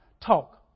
talk